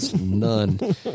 None